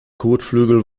kotflügel